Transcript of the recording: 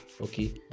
Okay